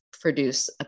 produce